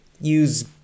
use